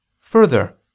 Further